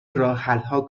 راهحلها